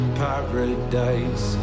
paradise